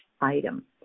item